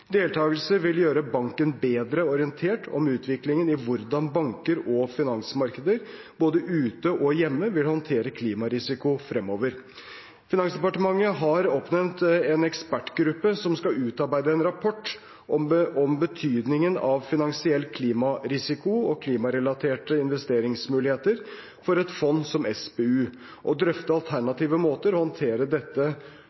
Deltakelse vil gjøre banken bedre orientert om utviklingen i hvordan banker og finansmarkeder, både ute og hjemme, vil håndtere klimarisiko fremover. Finansdepartementet har oppnevnt en ekspertgruppe som skal utarbeide en rapport om betydningen av finansiell klimarisiko og klimarelaterte investeringsmuligheter for et fond som SPU og drøfte